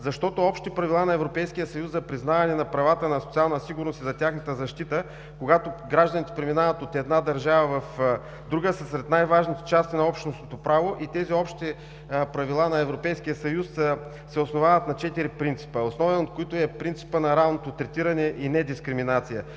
Защото Общите правила на Европейския съюз за признаване на правата на социална сигурност и за тяхната защита, когато гражданите преминават от една държава в друга, са сред най-важните части на общностното право и тези Общи правила на Европейския съюз се основават на четири принципа. Основен от които е принципът на равното третиране и недискриминация.